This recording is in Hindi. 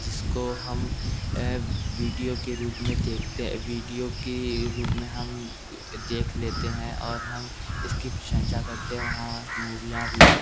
जिसको हम वीडीओ के रूप में देखते वीडीओ की रूप में हम देख लेते हैं और हम इसकी प्रशंसा करते हैं वहाँ मुभीयाँ भी